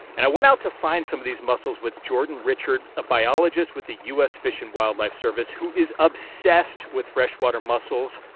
and i went out to find some of these mussels with jordan richard, a biologist with the u s. fish and wildlife service, who is obsessed with freshwater mussels.